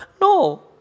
no